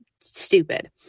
stupid